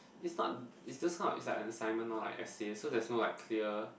it's not it's just not it's like an assignment orh like essay so there's no like clear